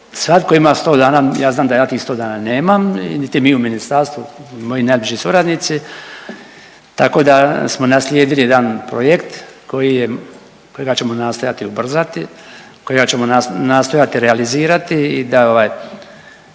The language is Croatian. svatko ima 100 dana, ja znam da ja tih 100 dana nemam niti mi u ministarstvu moji najbliži suradnici, tako da smo naslijedili jedan projekt kojega ćemo nastojati ubrzati, kojega ćemo nastojati realizirati i da nisam